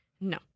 No